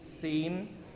seen